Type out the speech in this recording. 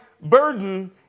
burden